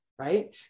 right